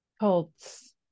cults